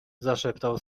zaszeptał